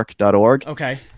okay